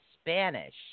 Spanish